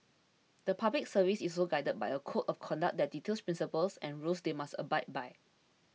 the Public Service is also guided by a code of conduct that details principles and rules they must abide by